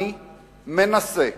אני מנסה,